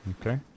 Okay